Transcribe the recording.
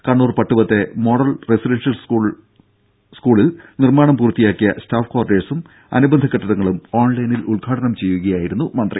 കണ്ണൂർ പട്ടുവത്തെ model residential സ്കൂളിൽ നിർമ്മാണം പൂർത്തിയാക്കിയ സ്റ്റാഫ് ക്വാർട്ടേഴ്സും അനുബന്ധ കെട്ടിടങ്ങളും ഓൺലൈനിൽ ഉദ്ഘാടനം ചെയ്യുകയായിരുന്നു മന്ത്രി